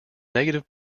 negative